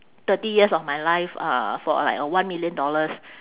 thirty years of my life uh for like uh one million dollars